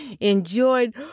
Enjoyed